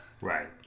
right